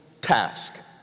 task